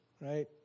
right